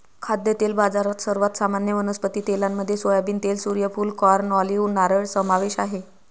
खाद्यतेल बाजारात, सर्वात सामान्य वनस्पती तेलांमध्ये सोयाबीन तेल, सूर्यफूल, कॉर्न, ऑलिव्ह, नारळ समावेश आहे